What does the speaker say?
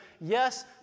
yes